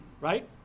right